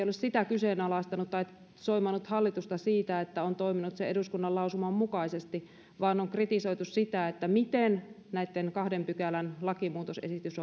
ole sitä nyt kyseenalaistanut tai soimannut hallitusta siitä että on toiminut sen eduskunnan lausuman mukaisesti vaan on kritisoitu sitä miten näitten kahden pykälän lakimuutosesitys